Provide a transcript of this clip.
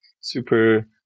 super